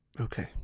Okay